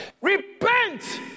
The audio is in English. repent